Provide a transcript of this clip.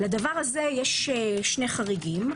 לדבר הזה יש שני חריגים.